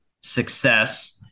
success